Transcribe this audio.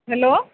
hello